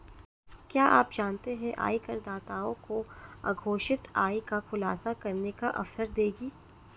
क्या आप जानते है आयकरदाताओं को अघोषित आय का खुलासा करने का अवसर देगी?